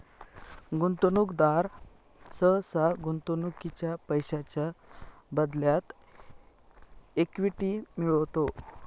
गुंतवणूकदार सहसा गुंतवणुकीच्या पैशांच्या बदल्यात इक्विटी मिळवतो